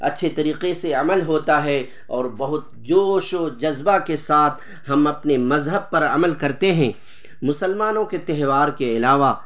اچھے طریقے سے عمل ہوتا ہے اور بہت جوش اور جذبہ کے ساتھ ہم اپنے مذہب پر عمل کرتے ہیں مسلمانوں کے تہوار کے علاوہ